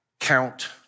Count